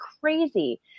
crazy